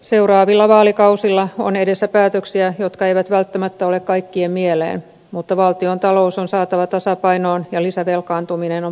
seuraavilla vaalikausilla on edessä päätöksiä jotka eivät välttämättä ole kaikkien mieleen mutta valtiontalous on saatava tasapainoon ja lisävelkaantuminen on pysäytettävä